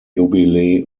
jubilee